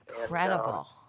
Incredible